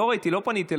לא ראיתי, לא פנית אליי.